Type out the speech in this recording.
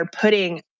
putting